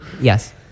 Yes